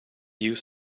use